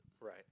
right